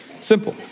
Simple